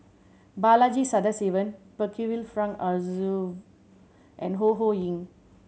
Balaji Sadasivan Percival Frank Aroozoo and Ho Ho Ying